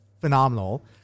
phenomenal